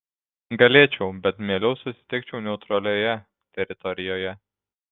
galėčiau bet mieliau susitikčiau neutralioje teritorijoje